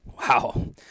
wow